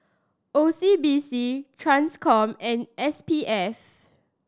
O C B C Transcom and S P F